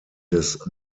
des